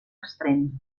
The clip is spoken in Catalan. extrem